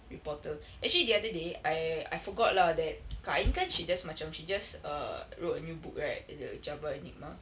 reporter actually the other day I I forgot lah that kak ain kan she just macam she just err wrote a new book right the java enigma